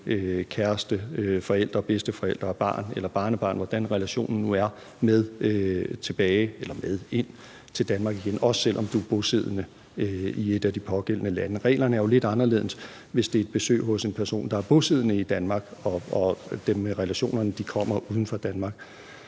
kæreste, forældre, bedsteforældre og barn eller barnebarn – hvordan relationen nu er – med ind i Danmark, også selv om du er bosiddende i et af de pågældende lande. Reglerne er jo lidt anderledes, hvis det er et besøg hos en person, der er bosiddende i Danmark, og dem med relationerne kommer fra et sted uden for Danmark.